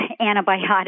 antibiotics